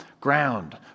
ground